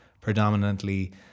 predominantly